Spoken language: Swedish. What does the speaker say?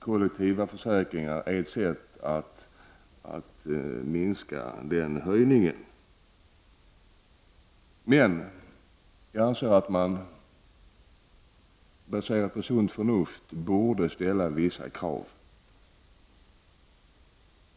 Kollektiva försäkringar är ett sätt att minska höjningen av försäkringspremierna. Men jag anser att man baserat på rent sunt förnuft borde ställa vissa krav.